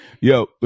Yo